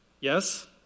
Yes